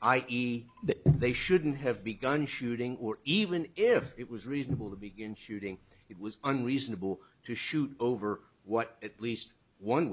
i e that they shouldn't have begun shooting or even if it was reasonable to begin shooting it was unreasonable to shoot over what at least one